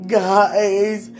guys